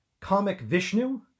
ComicVishnu